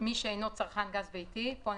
מי שאינו צרכן גז ביתי ואינו